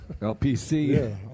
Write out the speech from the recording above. LPC